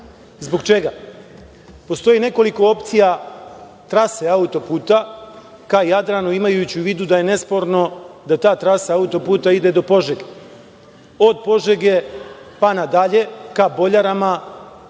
Zbog čega? Postoji nekoliko opcija trase autoputa ka Jadranu, imajući u vidu da je nesporno da ta trasa autoputa ide do Požege. Od Požege pa na dalje ka Boljarama,